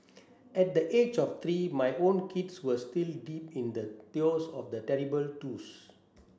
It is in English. at the age of three my own kids were still deep in the throes of the terrible twos